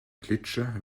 klitsche